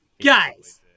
Guys